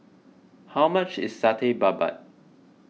how much is Satay Babat